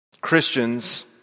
Christians